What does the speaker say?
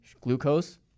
glucose